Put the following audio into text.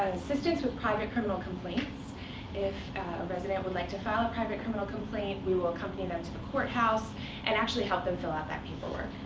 assistance with private criminal complaints if a resident would like to file a private criminal complaint, we will accompany them to the courthouse and actually help them fill out that paperwork.